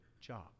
job